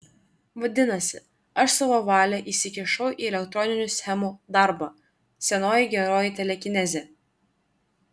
vadinasi aš savo valia įsikišau į elektroninių schemų darbą senoji geroji telekinezė